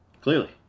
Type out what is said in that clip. Clearly